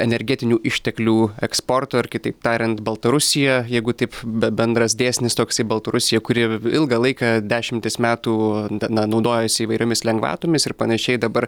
energetinių išteklių eksporto ir kitaip tariant baltarusija jeigu taip be bendras dėsnis toksai baltarusija kuri ilgą laiką dešimtis metų na naudojasi įvairiomis lengvatomis ir panašiai dabar